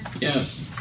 Yes